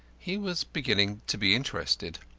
he was beginning to be interested.